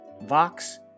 Vox